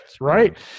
right